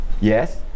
Yes